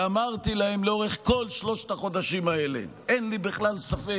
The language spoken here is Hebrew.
אמרתי להם לאורך כל שלושת החודשים האלה: אין לי ספק